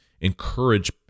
encourage